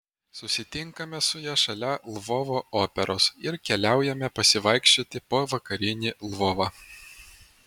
susitinkame su ja šalia lvovo operos ir keliaujame pasivaikščioti po vakarinį lvovą